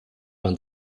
man